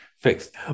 Fixed